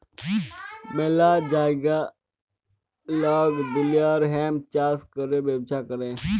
ম্যালা জাগায় লক দুলিয়ার হেম্প চাষ ক্যরে ব্যবচ্ছা ক্যরে